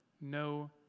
No